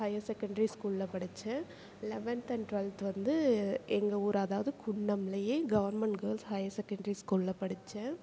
higher secondary ஸ்கூலில் படித்தேன் eleventh and twelfth வந்து எங்கள் ஊர் அதாவது குன்னம்லேயே கவர்மெண்ட் கேர்ள்ஸ் ஹையர் செகண்டரி ஸ்கூலில் படித்தேன்